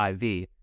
IV